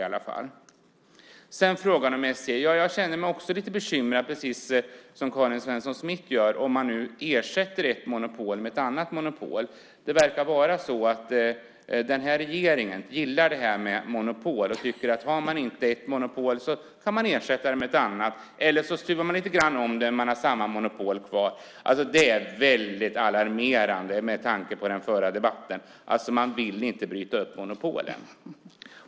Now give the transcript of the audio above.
Beträffande frågan om SJ känner också jag mig lite bekymrad, precis som Karin Svensson Smith gör, om man nu ersätter ett monopol med ett annat monopol. Det verkar vara som om den här regeringen gillar monopol och tycker att om man har ett monopol kan man ersätta det med ett annat, eller också stuvar man om det lite grann, men man har samma monopol kvar. Det är väldigt alarmerande med tanke på den förda debatten. Man vill inte bryta upp monopolen.